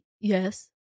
Yes